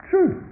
True